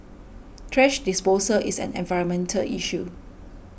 thrash disposal is an environment issue